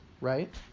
right